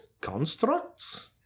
constructs